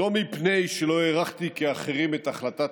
לא מפני שלא הערכתי כאחרים את החלטת